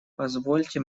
позвольте